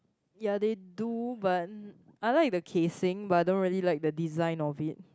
yeah they do but I like the casing but I don't really like the design of it